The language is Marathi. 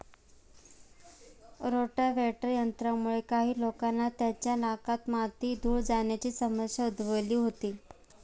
रोटाव्हेटर यंत्रामुळे काही लोकांना त्यांच्या नाकात माती, धूळ जाण्याची समस्या उद्भवली होती